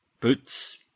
boots